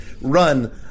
run